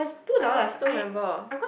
I honestly don't remember